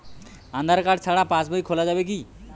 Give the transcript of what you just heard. আধার card ছাড়া পাশবই খোলা যাবে কি?